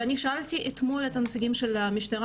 אני שאלתי אתמול את הנציגים של המשטרה